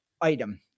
item